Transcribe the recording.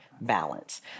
balance